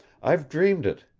i've dreamed it,